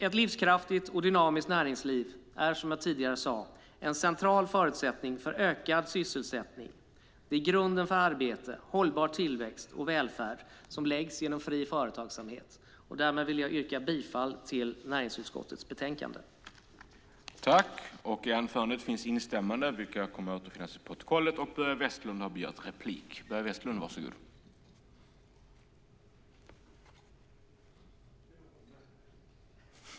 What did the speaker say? Ett livskraftigt och dynamiskt näringsliv är, som jag tidigare sade, en central förutsättning för ökad sysselsättning. Grunden för arbete, hållbar tillväxt och välfärd läggs genom fri företagsamhet. Därmed vill jag yrka bifall till förslaget i näringsutskottets betänkande.